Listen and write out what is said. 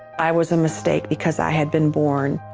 i was a mistake because i had been born.